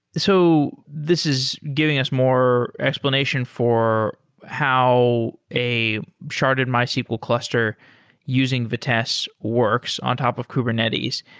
so this is giving us more explanation for how a sharded mysql cluster using vitess works on top of kubernetes,